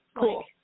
Cool